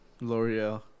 L'Oreal